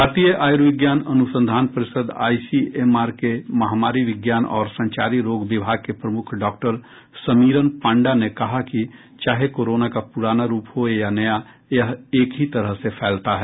भारतीय आयुर्विज्ञान अनुसंधान परिषद् आईसीएमआर के महामारी विज्ञान और संचारी रोग विभाग के प्रमुख डॉक्टर समीरन पांडा ने कहा कि चाहे कोरोना का पुराना रूप हो या नया यह एक ही तरह से फैलता है